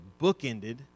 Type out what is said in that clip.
bookended